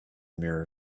mirror